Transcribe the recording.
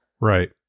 Right